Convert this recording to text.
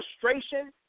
frustration